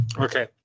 Okay